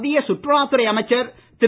மத்திய சுற்றுலாத் துறை அமைச்சர் திரு